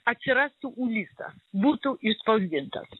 atsirastų ulisas būtų išspausdintas